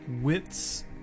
Wits